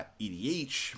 edh